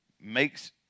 makes